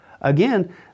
Again